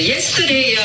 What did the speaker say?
Yesterday